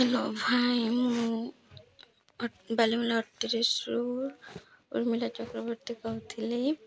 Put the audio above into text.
hello ଭାଇ ମୁଁ ବାଲିମେଳା ଅଠତିରିଶିରୁ ଉର୍ମିଳା ଚକ୍ରବର୍ତ୍ତୀ କହୁଥିଲି